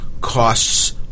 costs